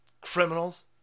Criminals